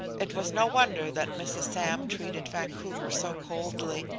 it was no wonder that mrs. sam treated vancouver so coldly,